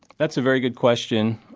that's a very good question.